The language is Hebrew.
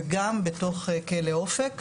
וגם באופק.